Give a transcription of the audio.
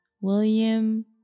William